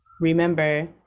Remember